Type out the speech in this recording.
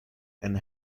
and